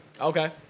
Okay